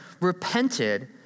repented